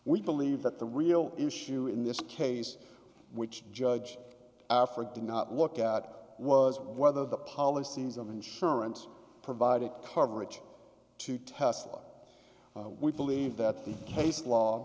we believe that the real issue in this case which judge africa did not look at was whether the policies of insurance provided coverage to testify we believe that the case law